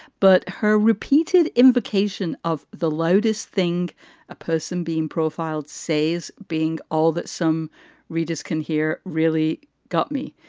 but her repeated invocation of the loudest thing a person being profiled say's being all that some readers can hear. really got me.